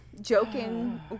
joking